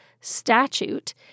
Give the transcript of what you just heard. statute